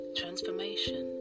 transformation